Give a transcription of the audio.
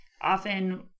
often